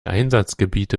einsatzgebiete